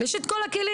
יש את כל הכלים.